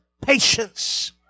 patience